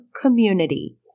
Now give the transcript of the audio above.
Community